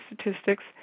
statistics